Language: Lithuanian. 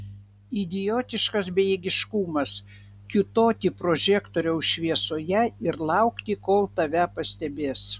idiotiškas bejėgiškumas kiūtoti prožektoriaus šviesoje ir laukti kol tave pastebės